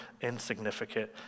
insignificant